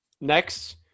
next